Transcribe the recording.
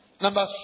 Number